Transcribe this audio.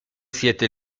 siete